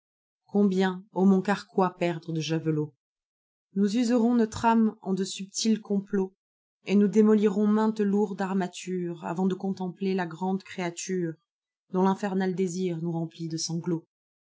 combien ô mon carquois perdre de javelots nous userons notre âme en de sudtils complots et nous démolirons mainte lourde armature avant de contempler la grande créaturedont l'infernal désir nous remplit de sanglots